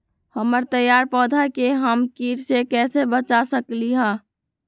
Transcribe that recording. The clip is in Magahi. हमर तैयार पौधा के हम किट से कैसे बचा सकलि ह?